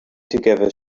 together